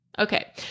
Okay